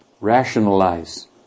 rationalize